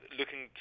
looking